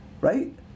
right